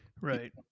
Right